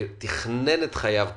שתכנן את חייו ככה.